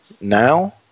now